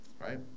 Right